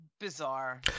bizarre